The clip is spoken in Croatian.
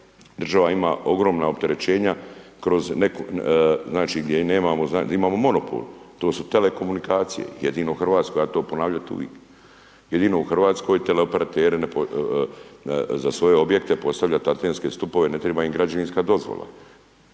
država ima ogromna opterećenja kroz, znači, gdje imamo monopol, to su telekomunikacije, jedino u RH, ja ću to ponavljati uvik, jedino u RH teleoperateri za svoje objekte postavlja taktenske stupove, ne triba im građevinska dozvola,